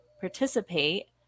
participate